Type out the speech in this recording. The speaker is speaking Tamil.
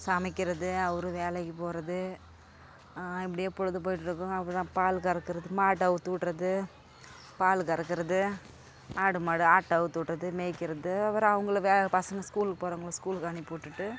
சமைக்கிறது அவரு வேலைக்கு போகிறது இப்படியே பொழுது போயிட்டிருக்கும் அப்புறம் பால் கறக்கிறது மாட்டை அவுத்துவிட்றது பால் கறக்கறது ஆடு மாடு ஆட்டை அவுத்துவிட்றது மேய்க்கிறது அப்புறம் அவங்கள வே பசங்கள் ஸ்கூலுக்கு போறவங்கள ஸ்கூலுக்கு அனுப்பிவிட்டுட்டு